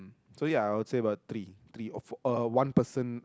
so ya I would say about three three or four uh one person